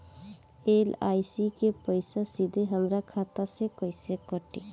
LIC के पईसा सीधे हमरा खाता से कइसे कटी?